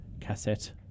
cassette